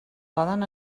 poden